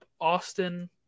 Austin